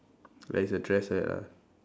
like it's a dress like that ah